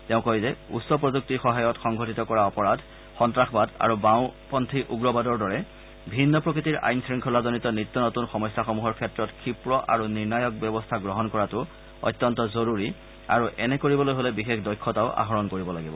তেওঁ কয় যে উচ্চ প্ৰযুক্তিৰ সহায়ত সংঘটিত কৰা অপৰাধ সন্ত্ৰাসবাদ আৰু বাওপন্থী উগ্ৰবাদৰ দৰে ভিন্ন প্ৰকৃতিৰ আইন শৃংখলাজনিত নিত্য নতুন সমস্যাসমূহৰ ক্ষেত্ৰত ক্ষীপ্ৰ আৰু নিৰ্ণায়ক ব্যৱস্থা গ্ৰহণ কৰাটো অত্যন্ত জৰুৰী আৰু এনে কৰিবলৈ হ'লে বিশেষ দক্ষতাও আহৰণ কৰিব লাগিব